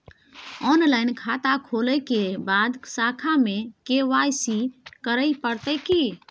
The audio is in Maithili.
ऑनलाइन खाता खोलै के बाद शाखा में के.वाई.सी करे परतै की?